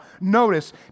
Notice